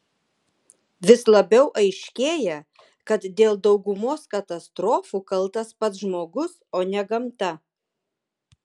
vis labiau aiškėja kad dėl daugumos katastrofų kaltas pats žmogus o ne gamta